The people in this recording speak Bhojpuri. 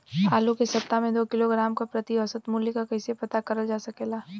आलू के सप्ताह में दो किलोग्राम क प्रति औसत मूल्य क कैसे पता करल जा सकेला?